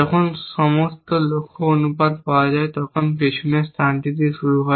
যখন সমস্ত লক্ষ্য অনুপাত পাওয়া যায় তখন পিছনের স্থানটি শুরু হয়